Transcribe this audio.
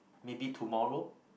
maybe tomorrow